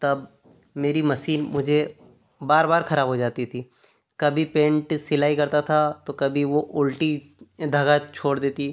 तब मेरी मसीन मुझे बार बार खराब हो जाती थी कभी पेंट सिलाई करता था तो कभी वो उल्टी धागा छोड़ देती